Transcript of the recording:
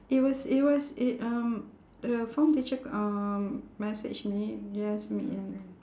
it was it was it um the form teacher um message me just in